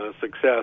success